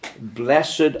Blessed